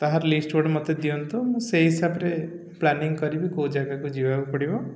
ତାହାର ଲିଷ୍ଟ୍ ଗୋଟେ ମୋତେ ଦିଅନ୍ତୁ ମୁଁ ସେଇ ହିସାବରେ ପ୍ଲାନିଂ କରିବି କେଉଁ ଜାଗାକୁ ଯିବାକୁ ପଡ଼ିବ